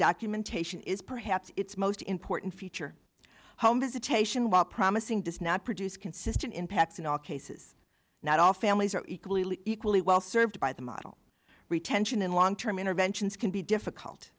documentation is perhaps its most important feature home visitation while promising does not produce consistent impacts in all cases not all families are equally equally well served by the model retention in long term interventions can be difficult